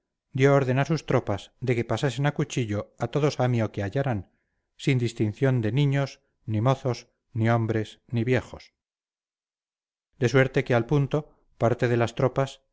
orden a sus tropas de que pasasen a cuchillo a todo samio que hallaran sin distinción de niños ni mozos ni hombres ni viejos de suerte que al punto parte de las tropas